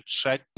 check